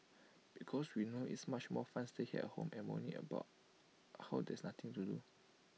because we know it's much more fun staying at home and moaning about how there's nothing to do